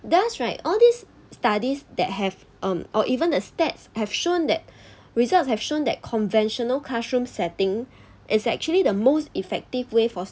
that's right all these studies that have um or even the stats have shown that results have shown that conventional classroom setting is actually the most effective way for